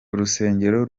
urusengero